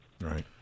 Right